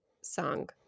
song